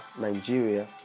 nigeria